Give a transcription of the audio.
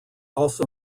also